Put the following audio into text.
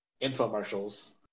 infomercials